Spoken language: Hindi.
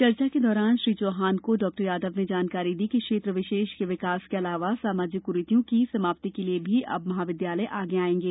चर्चा के दौरान श्री चौहान को डॉ यादव ने जानकारी दी कि क्षेत्र विशेष के विकास के अलावा सामाजिक क्रीतियों की समाप्ति के लिए भी अब महाविद्यालय आगे आएंगे